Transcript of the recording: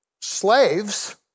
slaves